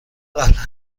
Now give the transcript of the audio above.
قبلا